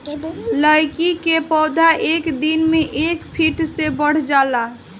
लैकी के पौधा एक दिन मे एक फिट ले बढ़ जाला